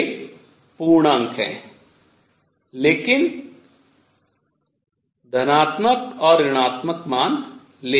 वे पूर्णांक हैं लेकिन धनात्मक और ऋणात्मक मान लेते हैं